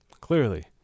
Clearly